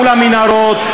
מול המנהרות,